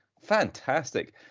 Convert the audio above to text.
Fantastic